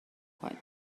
کنی